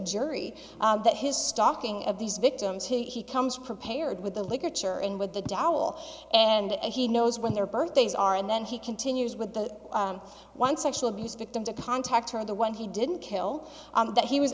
jury that his stalking of these victims he comes prepared with the literature and with the dowel and he knows when their birthdays are and then he continues with the one sexual abuse victim to contact her the one he didn't kill that he was